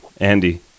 Andy